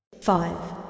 Five